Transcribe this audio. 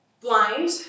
blind